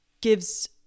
gives